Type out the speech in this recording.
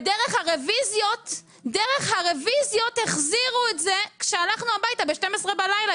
ודרך הרוויזיות החזירו את זה כשהלכנו הביתה ב-00:00 בלילה,